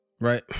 Right